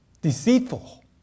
deceitful